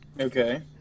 Okay